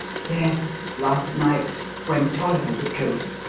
yes last night when tolliver was killed.